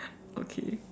okay